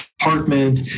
apartment